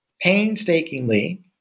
painstakingly